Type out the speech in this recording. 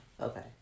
Okay